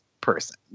person